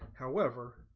however